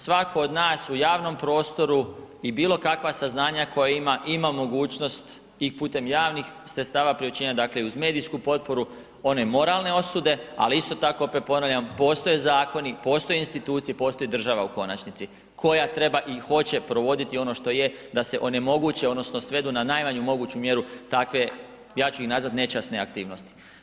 Svako od nas u javnom prostoru i bilokakva saznanja koja ima, ima mogućnost i putem javnih sredstava priopćenja, dakle i uz medijsku potporu one moralne osude, ali isto tako opet ponavljam, postoje zakoni, postoje institucije, postoji država u konačnici koja treba i hoće provoditi ono što je da se onemoguće odnosno svedu na najmanju moguću mjeru takve, ja ču ih nazvati, nečasne aktivnosti.